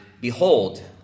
Behold